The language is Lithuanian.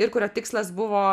ir kurio tikslas buvo